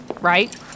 right